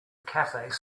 cafe